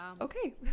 Okay